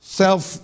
self